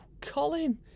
Colin